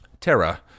Terra